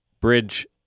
bridge